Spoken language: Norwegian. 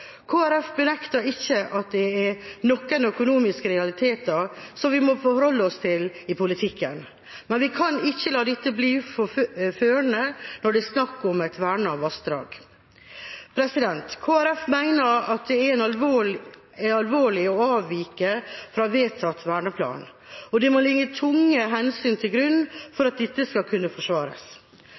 benekter ikke at det er noen økonomiske realiteter som vi må forholde oss til i politikken, men vi kan ikke la dette bli førende når det er snakk om et vernet vassdrag. Kristelig Folkeparti mener at det er alvorlig å avvike fra vedtatt verneplan, og det må ligge tunge hensyn til grunn for at dette skal kunne forsvares.